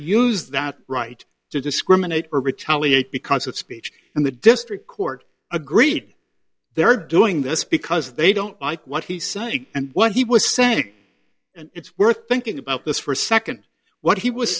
use that right to discriminate or retaliate because of speech and the district court agreed they're doing this because they don't like what he's saying and what he was saying and it's worth thinking about this for a second what he was